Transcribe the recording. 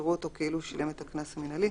יראו אותו כאילו שילם את הקנס המינהלי